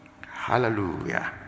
hallelujah